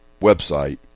website